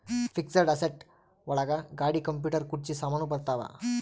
fixed asset ಒಳಗ ಗಾಡಿ computer ಕುರ್ಚಿ ಸಾಮಾನು ಬರತಾವ